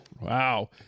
Wow